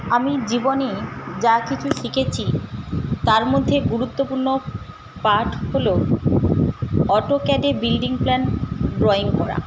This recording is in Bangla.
আমি জীবনে যা কিছু শিখেছি তার মধ্যে গুরুত্বপূর্ণ পাঠ হল অটোক্যাডে বিল্ডিং প্ল্যান ড্রয়িং করা